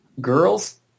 girls